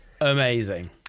Amazing